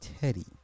teddy